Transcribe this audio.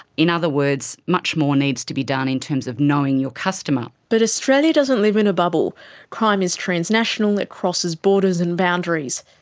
in other words, much more needs to be done in terms of knowing your customer. but australia doesn't live in a bubble crime is transnational, it crosses borders and boundaries.